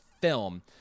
film